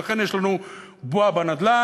ולכן יש לנו בועה בנדל"ן,